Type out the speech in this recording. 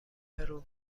پرو